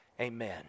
Amen